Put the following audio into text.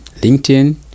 LinkedIn